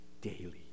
daily